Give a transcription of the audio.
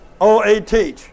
O-A-T